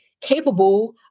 capable